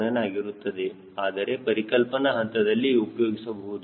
09 ಆಗಿರುತ್ತವೆ ಆದರೆ ಪರಿಕಲ್ಪನಾ ಹಂತದಲ್ಲಿ ಉಪಯೋಗಿಸಬಹುದು